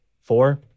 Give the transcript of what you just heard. four